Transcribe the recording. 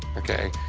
ok.